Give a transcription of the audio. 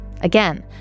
Again